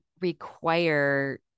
require